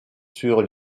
sur